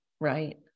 Right